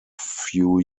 few